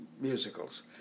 musicals